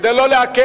רבותי, כדי לא לעכב,